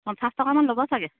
পঞ্চাছ টকামান ল'ব চাগে